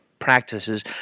practices